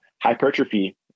hypertrophy